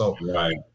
Right